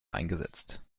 eingesetzt